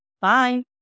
Bye